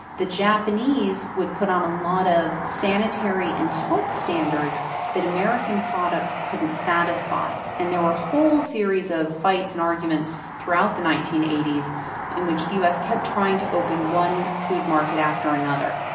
the japanese would put on a lot of sanitary and health standards that american products couldn't satisfy. and there were a whole series of fights and arguments throughout the nineteen eighty s in which the us kept trying to open one food market after another.